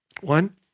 One